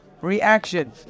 reaction